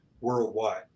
worldwide